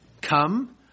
come